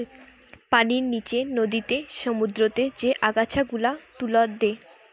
পানির নিচে নদীতে, সমুদ্রতে যে আগাছা গুলা তুলে দে